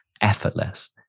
effortless